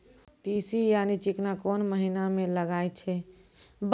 तीसी यानि चिकना कोन महिना म लगाय छै?